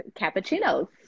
cappuccinos